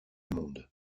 monde